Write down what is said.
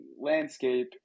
landscape